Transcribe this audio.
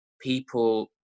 people